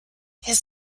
his